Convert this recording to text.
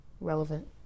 relevant